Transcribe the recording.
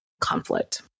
conflict